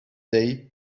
day